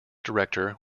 director